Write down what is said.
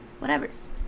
whatever's